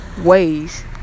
ways